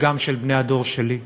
וגם של בני הדור שלי.